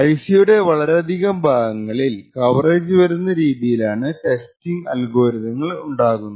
IC യുടെ വളരെയധികം ഭാഗങ്ങളിൽ കവറേജ് വരുന്ന രീതിയിലാണ് ടെസ്റ്റിംഗ് അൽഗോരിതങ്ങൾ ഉണ്ടാക്കുന്നത്